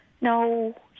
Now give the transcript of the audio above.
no